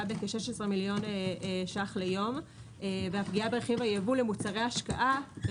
בכ-16 מיליון ₪ ליום והפגיעה ברכיב הייבוא למוצרי השקעה הם